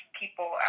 people